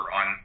on